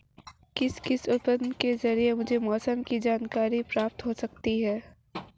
किस किस उपकरण के ज़रिए मुझे मौसम की जानकारी प्राप्त हो सकती है?